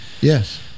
yes